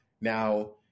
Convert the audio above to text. now